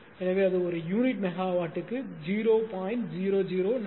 எனவே அது ஒரு யூனிட் மெகாவாட்டுக்கு 0